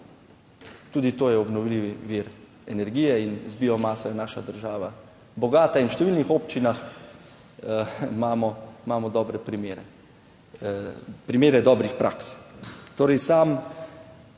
Tudi to je obnovljivi vir energije in z biomaso je naša država bogata in v številnih občinah imamo, imamo dobre primere, primere dobrih praks.